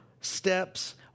steps